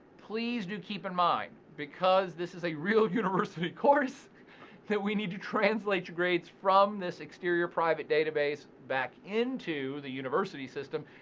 please do keep in mind, because this is a real university course that we need to translate your grades from this exterior private database back into the university's system.